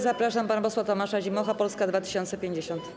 Zapraszam pana posła Tomasza Zimocha, Polska 2050.